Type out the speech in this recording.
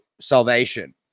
salvation